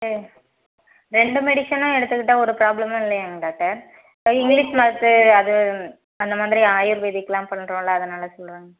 ஆ ரெண்டு மெடிசனும் எடுத்துக்கிட்டா ஒரு ப்ராப்ளமும் இல்லையாங்க டாக்டர் இப்போ இங்க்லீஷ் மருந்து அது அந்த மாதிரி ஆயுர்வேதிக்லாம் பண்ணுறோம்ல அதனால் சொல்லுகிறாங்க